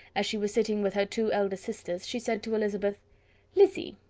as she was sitting with her two elder sisters, she said to elizabeth lizzy,